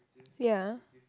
ya